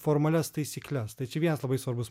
formalias taisykles tai čia vienas labai svarbus